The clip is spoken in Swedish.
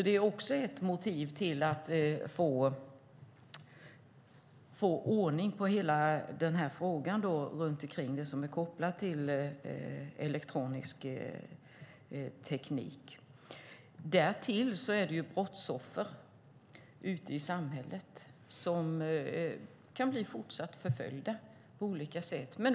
Det är också ett skäl för att få ordning på frågan när det gäller det som är kopplat till elektronisk teknik. Därtill finns det brottsoffer ute i samhället som kan bli förföljda på olika sätt.